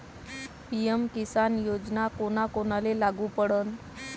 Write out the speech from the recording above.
PM Kisan योजना कोना कोनाले लागू पडन?